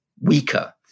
weaker